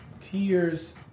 tears